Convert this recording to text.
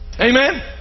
Amen